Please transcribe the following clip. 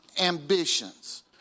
ambitions